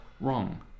wrong